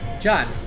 John